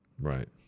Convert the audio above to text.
Right